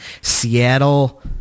Seattle